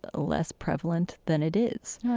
less prevalent than it is